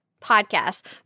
podcast